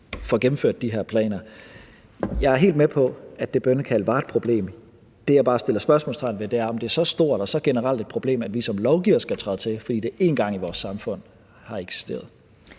får gennemført de planer. Jeg er helt med på, at det bønnekald var et problem. Det, jeg bare sætter spørgsmålstegn ved, er, om det er et så stort og generelt problem, at vi som lovgivere skal træde til, fordi det har optrådt én gang i vores samfund. Kl.